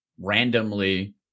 randomly